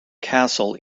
castle